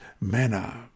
manner